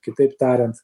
kitaip tariant